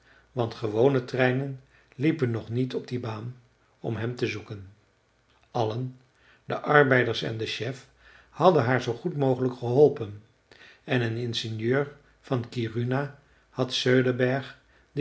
want gewone treinen liepen nog niet op die baan om hem te zoeken allen de arbeiders en de chef hadden haar zoo goed mogelijk geholpen en een ingenieur van kiruna had